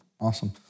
awesome